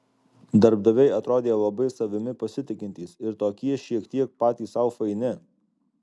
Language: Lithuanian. darbdaviai atrodė labai savimi pasitikintys ir tokie šiek tiek patys sau faini